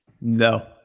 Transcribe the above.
No